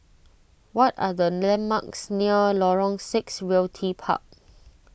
what are the landmarks near Lorong six Realty Park